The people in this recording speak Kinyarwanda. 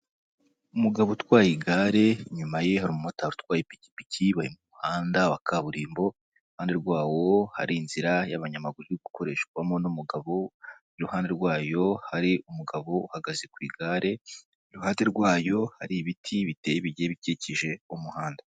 Umugabo utwaye igare inyuma ye hari umu motari utwaye ipikipiki bari mu muhanda wa kaburimbo, iruhande rwawo hari inzira y'abanyamaguru iri gukoreshwamo n'umugabo, iruhande rwayo hari umugabo uhagaze ku igare, iruhande rwayo hari ibiti bigiye bikikije umuhanda.